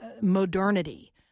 modernity